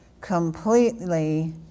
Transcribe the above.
completely